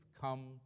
come